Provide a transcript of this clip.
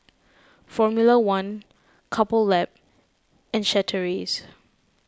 formula one Couple Lab and Chateraise